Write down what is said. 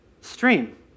stream